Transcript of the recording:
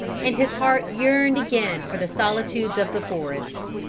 and his heart yearned again for the solitudes of the forest.